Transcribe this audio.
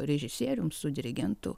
režisierium su dirigentu